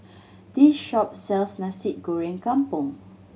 this shop sells Nasi Goreng Kampung